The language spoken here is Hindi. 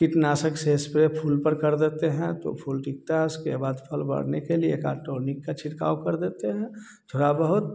कीटनाशक से स्प्रे फूल पर कर देते हैं तो फूल टिकता है उसके बाद फल बढ़ने के लिए एकाद टॉनिक का छिड़काव कर देते हैं थोड़ा बहुत